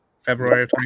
February